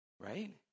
right